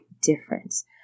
difference